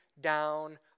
down